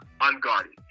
unguarded